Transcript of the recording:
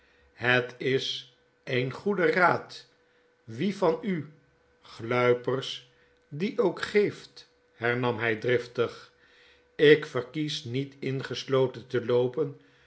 het is een goede raad wie vanivgluipers dien ook geeft hernam hy driftig jkverkies niet ingesloten te loopen